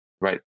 right